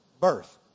birth